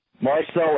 Marcel